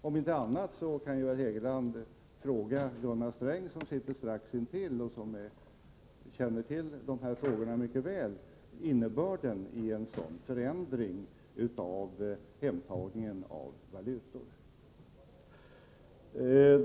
Om inte annat kan Hugo Hegeland fråga Gunnar Sträng, som sitter strax intill honom och som känner till dessa frågor mycket väl, om innebörden i en sådan förändring av valutahemtagningen.